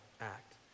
act